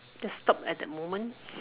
just stop at that moment